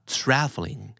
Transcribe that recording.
traveling